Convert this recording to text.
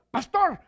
Pastor